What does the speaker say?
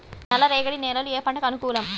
నల్ల రేగడి నేలలు ఏ పంటకు అనుకూలం?